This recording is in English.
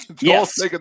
Yes